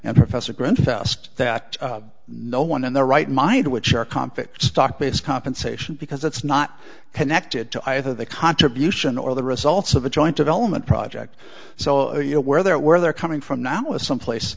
and professor green fest that no one in their right mind would share conflicts stock based compensation because it's not connected to either the contribution or the results of a joint development project so you know where they're where they're coming from now with some place